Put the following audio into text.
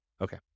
Okay